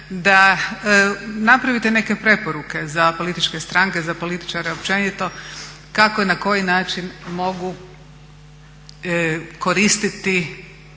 da napravite neke preporuke za političke stranke, za političare općenito kako i na koji način mogu koristiti,